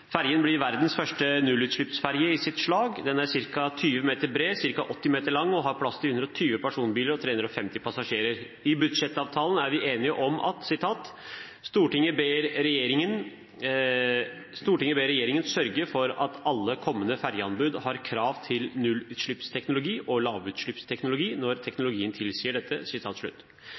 Ferjen blir verdens første nullutslippsferje i sitt slag. Den er ca. 20 meter bred, ca. 80 meter lang og har plass til 120 personbiler og 350 passasjerer. I budsjettavtalen er vi enige om: «Stortinget ber regjeringen sørge for at alle kommende fergeanbud har krav til nullutslippsteknologi og lavutslippsteknologi når teknologien tilsier dette.»